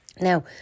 Now